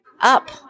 up